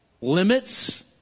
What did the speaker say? limits